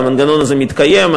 והמנגנון הזה מתקיים.